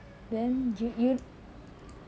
then yo~ you